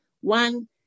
one